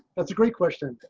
that's a great question.